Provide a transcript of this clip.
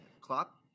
Klopp